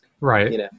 Right